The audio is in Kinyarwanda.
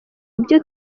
ibyo